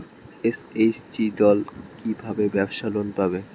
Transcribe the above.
SHG দল কী ভাবে ব্যাবসা লোন পাবে?